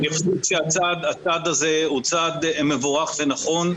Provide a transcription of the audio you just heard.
חושב שהצעד הזה מבורך ונכון,